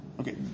Okay